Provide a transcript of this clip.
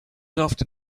often